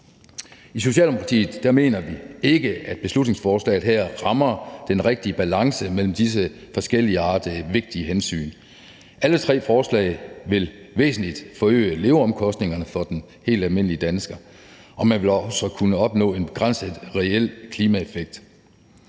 I Socialdemokratiet mener vi ikke, at beslutningsforslaget her rammer den rigtige balance mellem disse forskelligartede vigtige hensyn. Alle tre forslag vil forøge leveomkostningerne væsentligt for den helt almindelige dansker, og man vil kun opnå en begrænset reel klimaeffekt.